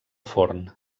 forn